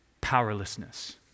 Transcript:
Powerlessness